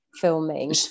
filming